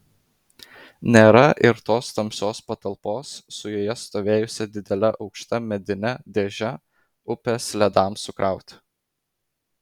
nėra ir tos tamsios patalpos su joje stovėjusia didele aukšta medine dėže upės ledams sukrauti